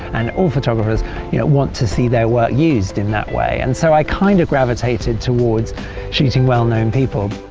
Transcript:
and all photographers yeah want to see their work used in that way and so i kind of gravitated towards shooting well known people.